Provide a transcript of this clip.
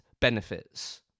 benefits